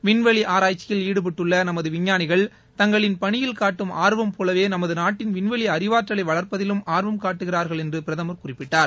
விண்வெளி ஆராய்ச்சியில் ாடுபட்டுள்ள நமது விஞ்ஞானிகள் தங்களின் பணியில் காட்டும் ஆர்வம் போலவே நமது நாட்டின் விண்வெளி அறிவாற்றலை வளர்ப்பதிலும் ஆர்வம் காட்டுகிறார்கள் என்று பிரதமர் குறிப்பிட்டார்